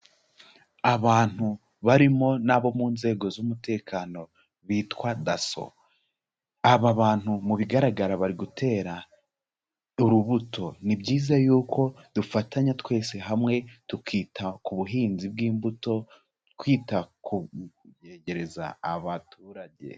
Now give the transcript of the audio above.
Abantu barimo n'abo mu nzego z'umutekano bitwa DASSO, aba bantu mu bigaragara bari gutera urubuto, ni byiza yuko dufatanya twese hamwe tukita ku buhinzi bw'imbuto twita ku byegereza abaturage.